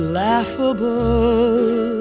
laughable